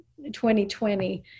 2020